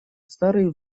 старый